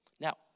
Now